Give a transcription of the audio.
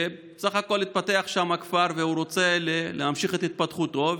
שבסך הכול התפתח שם כפר והוא רוצה להמשיך את התפתחותו,